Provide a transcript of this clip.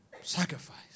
Sacrifice